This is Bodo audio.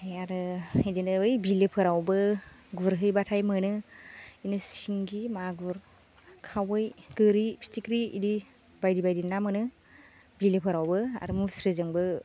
आमफाय आरो बिदिनो बै बिलोफोरावबो गुरहैबाथाय मोनो बिदिनो सिंगि मागुर खावै गोरि फिथिख्रि इदि बायदि बायदि ना मोनो बिलोफोरावबो आरो मुस्रिजोंबो